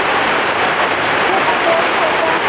আচ্ছা সেটা করবো ওটা